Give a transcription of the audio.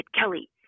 Kelly